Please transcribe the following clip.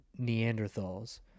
Neanderthals